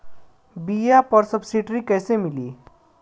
बीया पर सब्सिडी कैसे मिली?